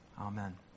Amen